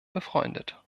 befreundet